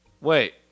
Wait